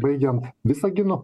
baigiant visaginu